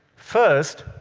first,